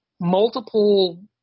multiple